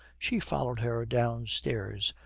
she followed her downstairs,